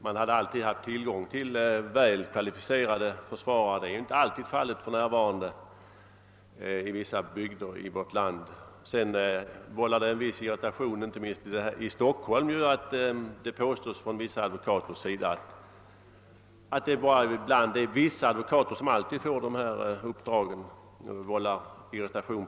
Man skulle då alltid ha tillgång till väl kvalificerade försvarare. Så är inte alltid fallet för närvarande i vissa bygder i vårt land. I Stockholm har det hävdats från advokathåll att det är vissa advokater som alltid får dessa uppdrag, vilket vållat en viss irritation.